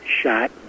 shot